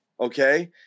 Okay